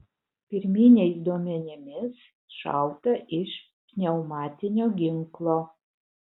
pirminiais duomenimis šauta iš pneumatinio ginklo